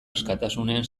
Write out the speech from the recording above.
askatasunean